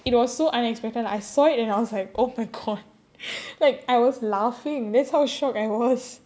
uh hmm I guess I guess but it's like ya it's like it was so unexpected like I saw it and I was like oh my god like I was laughing that's how shocked I was